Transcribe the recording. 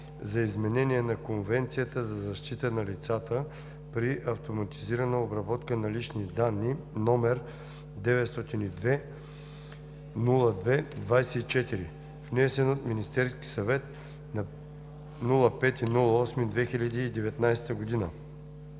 за изменение на Конвенцията за защита на лицата при автоматизирана обработка на лични данни, № 902-02-24, внесен от Министерския съвет на 5 август 2019 г.